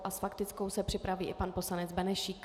S faktickou se připraví i pan poslanec Benešík.